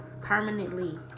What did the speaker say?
permanently